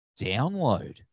download